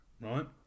Right